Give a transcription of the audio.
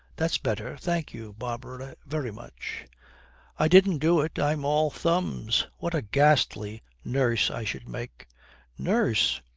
that's better. thank you, barbara, very much i didn't do it. i'm all thumbs. what a ghastly nurse i should make nurse?